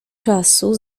czasu